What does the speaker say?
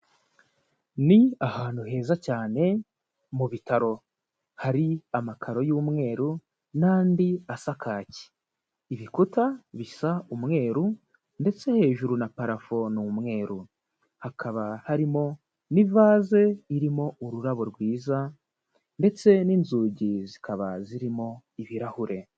Ni ahantu heza cyane mu bitaro hari amakaro y'umweru n'andi asa kake, ibikuta bisa umweru ndetse hejuru na parafo ni umweru hakaba harimo n'ivase irimo ururabo rwiza ndetse n'inzugi zikaba zirimo ibirahure.